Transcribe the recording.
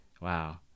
Wow